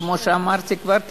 כמו שאמרתי כבר,